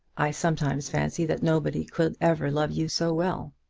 i sometimes fancy that nobody could ever love you so well.